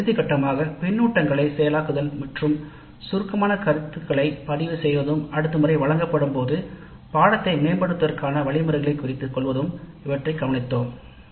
பின்னர் இறுதி கட்டமாக பின்னூட்டங்களை செயலாக்குதல் மற்றும் சுருக்கமான கருத்துக்களை பதிவு செய்வதும் அடுத்த முறை வழங்கப்படும் போதுபாடத்திட்டத்தை மேம்படுத்துவதற்கான வழிமுறைகளை குறித்த கொள்வதும் இவற்றைக் கவனித்தோம்